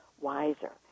wiser